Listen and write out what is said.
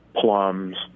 plums